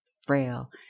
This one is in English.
frail